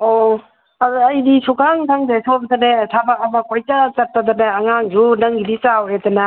ꯑꯣ ꯑꯗꯣ ꯑꯩꯗꯤ ꯁꯨꯡꯈꯪ ꯈꯪꯗ꯭ꯔꯦ ꯁꯣꯝꯗꯅꯦ ꯊꯕꯛ ꯑꯃ ꯀꯣꯏꯆꯠ ꯆꯠꯄꯗꯅꯦ ꯑꯉꯥꯡꯁꯨ ꯅꯪꯒꯤꯗꯤ ꯆꯥꯎꯔꯦꯗꯅ